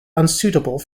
unsuitable